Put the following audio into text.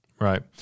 Right